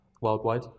worldwide